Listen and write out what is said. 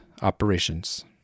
operations